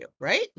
right